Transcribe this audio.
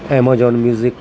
Amazon music